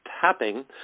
tapping